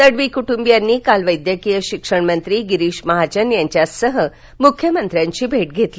तडवी कुटुंबीयांनी काल वैद्यकीय शिक्षण मंत्री गिरीश महाजन यांच्यासह मुख्यमंत्र्यांची भेट घेतली